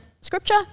scripture